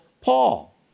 Paul